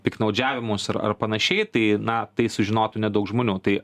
piktnaudžiavimus ar ar panašiai tai na tai sužinotų nedaug žmonių tai